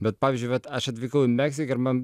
bet pavyzdžiui vat aš atvykau į meksiką ir man